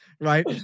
right